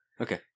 Okay